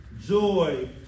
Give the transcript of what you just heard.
joy